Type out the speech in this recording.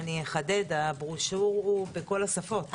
אחדד - הברושור בכל השפות.